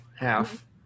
Half